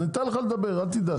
אתן לך לדבר, אל תדאג.